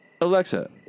Alexa